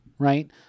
Right